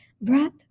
Breath